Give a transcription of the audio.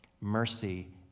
Mercy